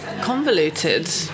convoluted